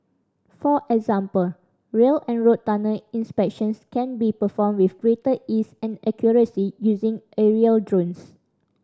for example rail and road tunnel inspections can be performed with greater ease and accuracy using aerial drones